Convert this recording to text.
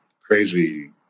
crazy